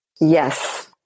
Yes